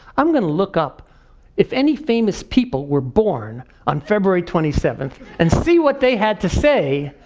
i'm gonna look up if any famous people were born on february twenty seven and see what they had to say,